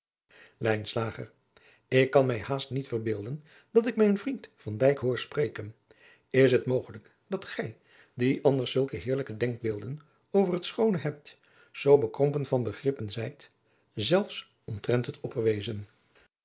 ik kan mij haast niet verbeelden dat ik mijn vriend van dijk hoor spreken is het mogelijk dat gij die anders zulke heerlijke denkbeelden over het schoone hebt zoo bekrompen van begrippen zijt zelfs omtrent het opperwezen